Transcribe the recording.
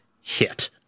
hit